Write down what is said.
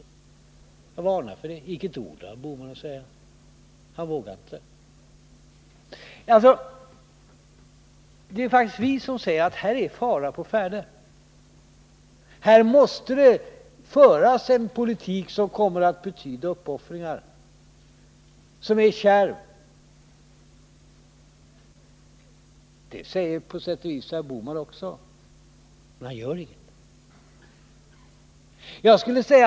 Icke ett ord har herr Bohman att säga om det — han vågar inte. Det är faktiskt vi som säger att här är fara på färde, här måste det föras en politik som kommer att betyda uppoffringar, som är kärv. Det säger på sätt och vis herr Bohman också, men han gör ingenting.